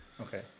okay